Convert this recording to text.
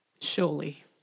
Surely